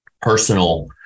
personal